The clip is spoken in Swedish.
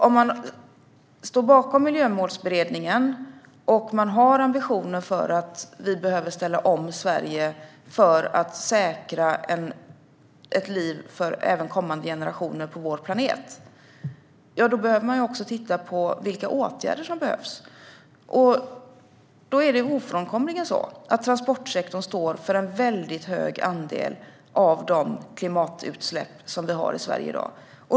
Om man står bakom Miljömålsberedningen och har ambitioner för att ställa om Sverige för att säkra ett liv även för kommande generationer på vår planet behöver man också titta på vilka åtgärder som behövs. Det är ofrånkomligen så att transportsektorn står för en väldigt hög andel av de klimatutsläpp som sker i Sverige i dag.